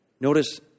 Notice